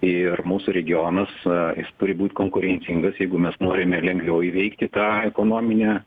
ir mūsų regionas jis turi būt konkurencingas jeigu mes norime lengviau įveikti tą ekonominę